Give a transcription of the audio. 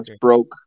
broke